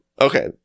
Okay